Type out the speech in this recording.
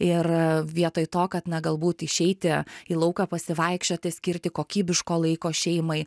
ir vietoj to kad na galbūt išeiti į lauką pasivaikščioti skirti kokybiško laiko šeimai